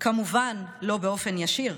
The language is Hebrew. כמובן לא באופן ישיר,